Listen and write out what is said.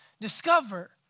discover